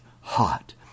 hot